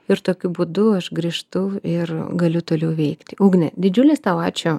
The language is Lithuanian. ir tokiu būdu aš grįžtu ir galiu toliau veikti ugne didžiulis tau ačiū